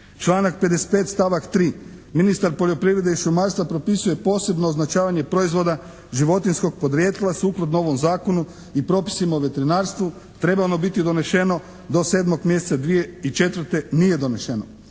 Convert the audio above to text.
Članak 55. stavak 3. Ministar poljoprivrede i šumarstva propisuje posebno označavanje proizvoda životinjskog podrijetla sukladno ovom Zakonu i propisima u veterinarstvu. Trebalo je biti donešeno do 7. mjeseca 2004., nije donešeno.